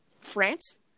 France